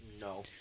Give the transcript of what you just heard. No